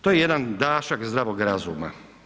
To je jedan dašak zdravog razuma.